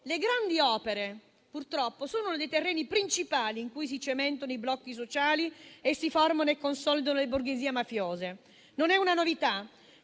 Le grandi opere, purtroppo, sono i terreni principali in cui si cementano i blocchi sociali e si formano e consolidano le borghesie mafiose. Non è una novità.